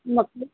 मूंखे